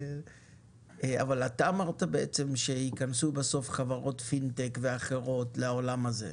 אבל אתה אמרת שיכנסו בסוף חברות פינטק ואחרות לעולם הזה,